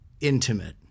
intimate